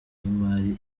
y’imari